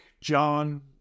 John